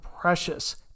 precious